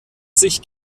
sich